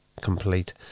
complete